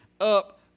up